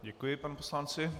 Děkuji panu poslanci.